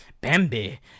Bambi